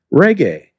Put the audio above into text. reggae